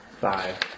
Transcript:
Five